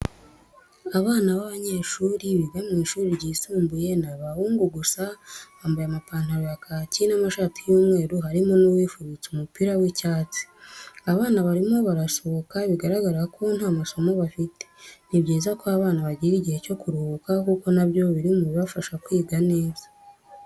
Abana b'abanyeshuri biga mu ishuri ryisumbuye ni abahungu gusa bambaye amapantaro ya kaki n'amashati y'umweru, harimo n'uwifubitse umupira w'icyatsi, abana barimo barasohoka bigaragara ko nta masomo bafite. Ni byiza ko abana bagira igihe cyo kuruhuka kuko nabyo biri mu bibafasha kwiga neza.